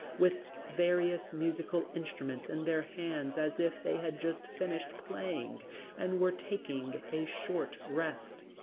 with various musical instruments in their hands as if they had just finished playing and were taking a short rest.